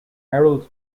herald